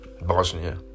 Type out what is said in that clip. Bosnia